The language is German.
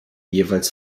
jeweils